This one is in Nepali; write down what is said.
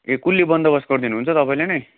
ए कुल्ली बन्दोबस्त गरिदिनु हुन्छ तपाईँले नै